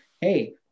hey